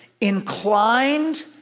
inclined